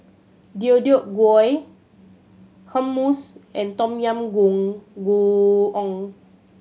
Deodeok Gui Hummus and Tom Yam Goong